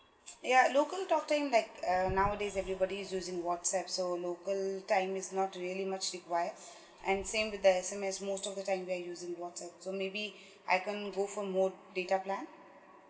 yeah local talk time like um nowadays everybody is using WhatsApp so local time is not really much required and same with the S_M_S most of the time we are using WhatsApp so maybe I can go for more data plan